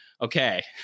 okay